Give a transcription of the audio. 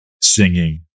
singing